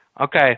Okay